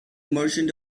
merchant